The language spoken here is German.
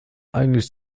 eigentlich